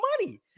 money